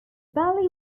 valley